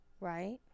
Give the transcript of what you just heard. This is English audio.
Right